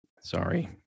Sorry